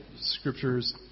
scriptures